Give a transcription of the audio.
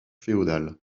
féodal